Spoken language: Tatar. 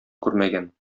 күрмәгән